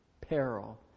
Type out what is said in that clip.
peril